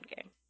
game